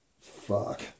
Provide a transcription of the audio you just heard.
Fuck